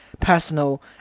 personal